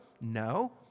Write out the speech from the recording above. No